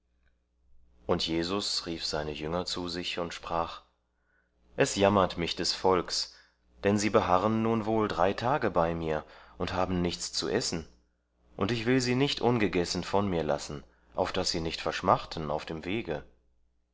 und jesus rief seine jünger zu sich und sprach es jammert mich des volks denn sie beharren nun wohl drei tage bei mir und haben nichts zu essen und ich will sie nicht ungegessen von mir lassen auf daß sie nicht verschmachten auf dem wege